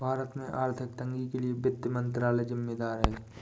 भारत में आर्थिक तंगी के लिए वित्त मंत्रालय ज़िम्मेदार है